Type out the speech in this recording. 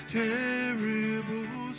terrible